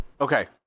Okay